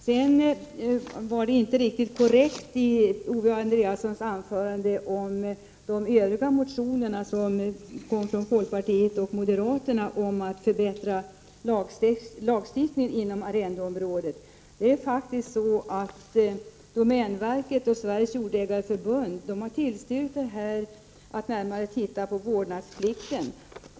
Det som Owe Andréasson sade i sitt anförande om de övriga motioner som kommit från folkpartiet och moderaterna om att förbättra lagstiftningen inom arrendeområdet var inte riktigt korrekt. Domänverket och Sveriges jordägareförbund har faktiskt tillstyrkt förslaget att se över vårdnadsplikten.